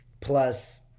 Plus